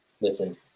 listen